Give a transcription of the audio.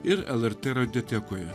ir lrt radiotekoje